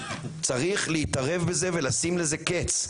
צריך להתערב בזה ולשים לזה קץ,